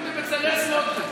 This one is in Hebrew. קוראים לי בצלאל סמוטריץ'.